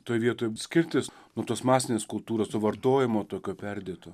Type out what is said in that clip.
toj vietoj skirtis nuo tos masinės kultūros to vartojimo tokio perdėto